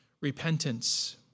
Repentance